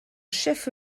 chef